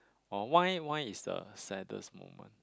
oh why why is the saddest moment